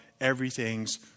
everything's